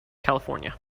california